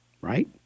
right